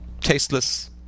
tasteless